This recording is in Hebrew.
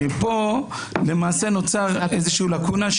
פה למעשה נוצרה לקונה.